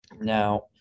Now